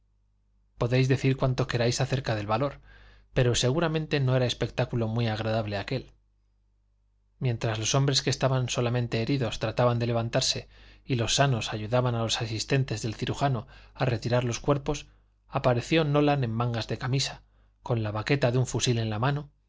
podéis decir cuanto queráis acerca del valor pero seguramente no era espectáculo muy agradable aquél mientras los hombres que estaban solamente heridos trataban de levantarse y los sanos ayudaban a los asistentes del cirujano a retirar los cuerpos apareció nolan en mangas de camisa con la baqueta de un fusil en la mano